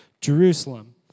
Jerusalem